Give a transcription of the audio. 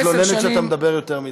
היא מתלוננת שאתה מדבר יותר מדי.